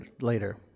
later